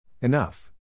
Enough